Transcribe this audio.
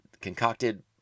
concocted